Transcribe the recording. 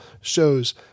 shows